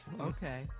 Okay